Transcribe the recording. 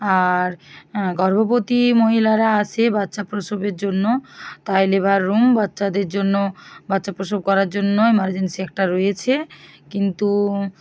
আর গর্ভবতী মহিলারা আসে বাচ্চা প্রসবের জন্য তাই লেবার রুম বাচ্চাদের জন্য বাচ্চা প্রসব করার জন্য ইমারজেন্সি একটা রয়েছে কিন্তু